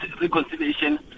reconciliation